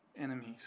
enemies